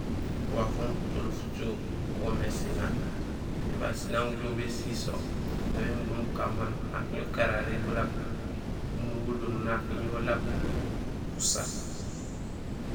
Wafoom usolee fucoho woomé sinaŋ té baan sinaŋ éni ujoow bésiil so aw bémundum ukan maal, nunaak inja gakarari gulaab, nuwul do nunaak jaraam laab nusáh.